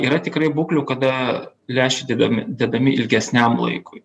yra tikrai būklių kada lęšiai dedami dedami ilgesniam laikui